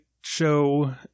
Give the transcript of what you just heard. show